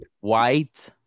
white